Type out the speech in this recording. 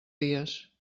dies